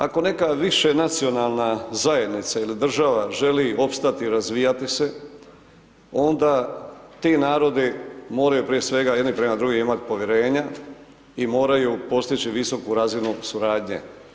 Ako neka više nacionalna zajednica ili država želi opstati i razvijati se, onda ti narodi moraju prije svega jedni prema drugima imati povjerenja i moraju postići visoku razinu suradnje.